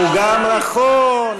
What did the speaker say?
נכון,